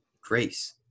grace